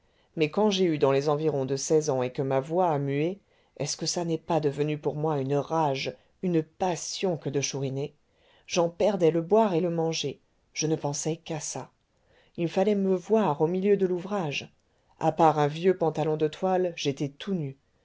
mais quand j'ai eu dans les environs de seize ans et que ma voix a mué est-ce que ça n'est pas devenu pour moi une rage une passion que de chouriner j'en perdais le boire et le manger je ne pensais qu'à ça il fallait me voir au milieu de l'ouvrage à part un vieux pantalon de toile j'étais tout nu